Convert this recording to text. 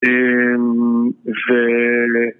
אהמ...ו...